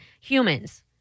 humans